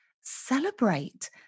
celebrate